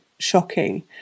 Shocking